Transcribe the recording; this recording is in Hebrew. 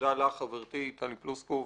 תודה לך חברתי טלי פלוסקוב.